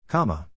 Comma